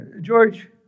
George